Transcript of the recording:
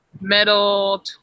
metal